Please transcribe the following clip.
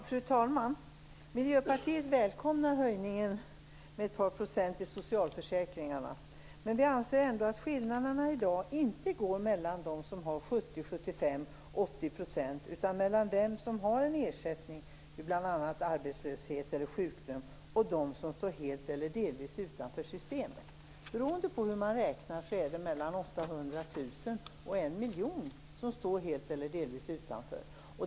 Fru talman! Miljöpartiet välkomnar höjningen med 12 % i socialförsäkringarna. Men vi anser ändå att skillnaden i dag inte går mellan dem som har 70 75 % och dem som har 80 %, utan den går mellan dem som har en ersättning - arbetslöshetsersättning eller sjuklön - och dem som står helt eller delvis systemet. Beroende på hur man räknar är det mellan 800 000 och 1 000 000 människor som står helt eller delvis utanför.